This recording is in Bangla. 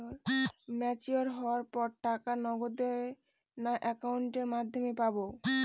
ম্যচিওর হওয়ার পর টাকা নগদে না অ্যাকাউন্টের মাধ্যমে পাবো?